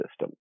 system